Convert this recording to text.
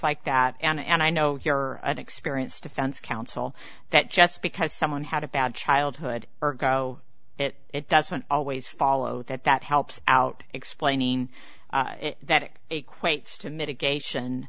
like that and i know you're an experienced defense counsel that just because someone had a bad childhood or go it it doesn't always follow that that helps out explaining that it equates to mitigation